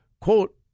Quote